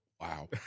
Wow